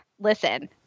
Listen